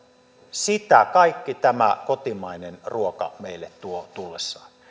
sitä kaikki tämä kotimainen ruoka meille tuo tullessaan